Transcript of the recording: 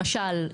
למשל,